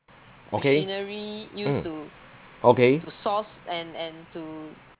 okay mm okay